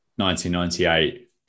1998